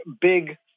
big